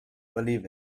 believe